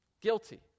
Guilty